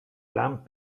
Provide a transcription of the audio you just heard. lan